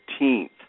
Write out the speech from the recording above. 15th